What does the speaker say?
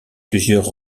plusieurs